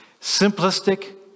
simplistic